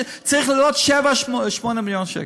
כשזה צריך להיות 7 8 מיליון שקל.